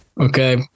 Okay